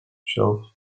shelf